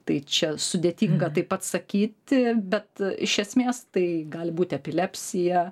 tai čia sudėtinga taip atsakyti bet iš esmės tai gali būti epilepsija